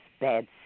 bad